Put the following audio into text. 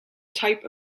type